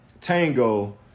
Tango